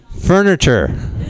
furniture